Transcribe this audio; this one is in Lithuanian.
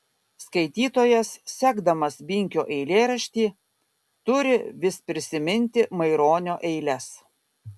skaitytojas sekdamas binkio eilėraštį turi vis prisiminti maironio eiles